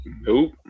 Nope